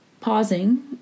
Pausing